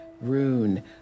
Rune